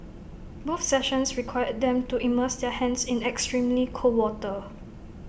both sessions required them to immerse their hands in extremely cold water